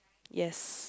yes